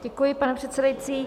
Děkuji, pane předsedající.